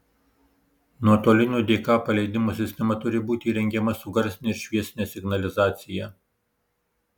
nuotolinio dk paleidimo sistema turi būti įrengiama su garsine ir šviesine signalizacija